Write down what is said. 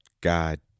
God